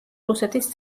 რუსეთის